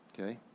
Okay